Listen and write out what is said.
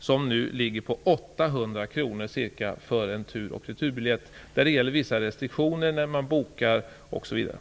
Jag skulle tro att de allra flesta privatresenärer utnyttjar det, även om det gäller vissa restriktioner för när man skall boka osv.